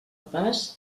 pas